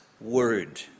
word